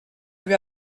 lui